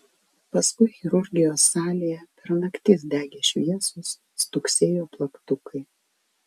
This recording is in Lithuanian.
paskui chirurgijos salėje per naktis degė šviesos stuksėjo plaktukai